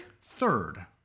third